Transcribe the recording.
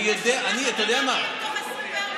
את השב"כ אתה מעביר תוך 24 שעות.